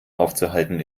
aufzuhalten